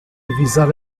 avisar